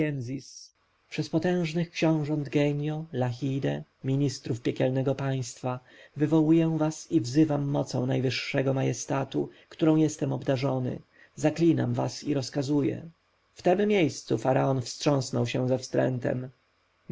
przez potężnych książąt genio lachiadae ministrów piekielnego państwa wywołuję was i wzywam mocą najwyższego majestatu którą jestem obdarzony zaklinam was i rozkazuję w tem miejscu faraon wstrząsnął się ze wstrętem